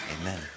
Amen